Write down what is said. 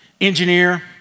engineer